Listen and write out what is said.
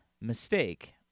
mistake